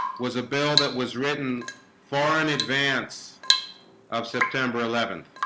was a bill that was written for in advance of september eleventh,